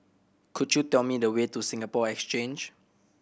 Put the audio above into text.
could you tell me the way to Singapore Exchange